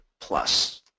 plus